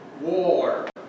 war